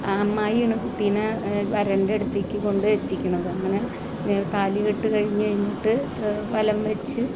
അമ്മായിയാണ് കുട്ടീനെ വരന്റെയടുത്തെക്ക് കൊണ്ട് എത്തിക്കുന്നത് അങ്ങനെ താലി കെട്ട് കഴിഞ്ഞുകഴിഞ്ഞിട്ട് വലം വച്ച്